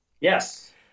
Yes